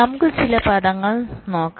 നമുക്ക് ചില പദങ്ങൾ നോക്കാം